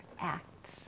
acts